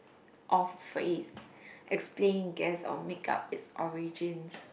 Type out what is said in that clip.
or phrase explain guess or make-up it's origins